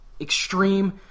extreme